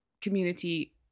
community